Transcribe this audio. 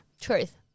Truth